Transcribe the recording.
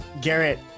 Garrett